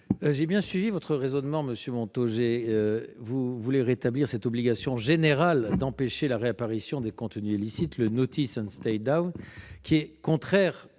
J'ai bien suivi votre raisonnement, monsieur Montaugé : vous voulez rétablir cette obligation générale d'empêcher la réapparition des contenus illicites, le principe, qui est contraire